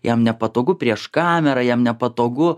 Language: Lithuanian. jam nepatogu prieš kamerą jam nepatogu